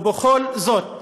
ובכל זאת,